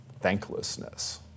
Thanklessness